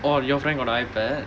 orh your friend got the iPad